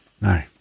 No